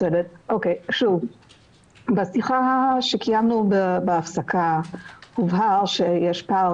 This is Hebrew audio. בשיחה שקיימנו בהפסקה הובהר שיש פער